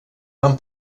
van